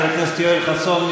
חבר הכנסת יואל חסון.